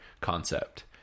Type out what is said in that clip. concept